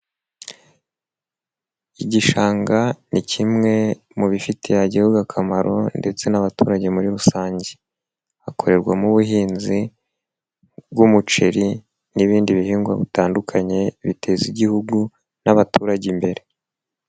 Igishanga ni kimwe mu bifitiye igihugu akamaro, ndetse n'abaturage muri rusange. Hakorerwamo ubuhinzi bw'umuceri, n'ibindi bihingwa bitandukanye biteza igihugu n'abaturage imbere.